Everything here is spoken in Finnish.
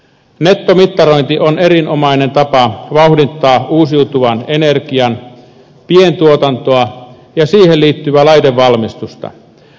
nettomittarointi on erinomainen tapa vauhdittaa uusiutuvan energian pientuotantoa ja siihen liittyvää laitevalmistusta